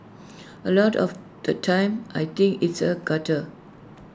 A lot of the time I think it's A gutter